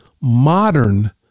modern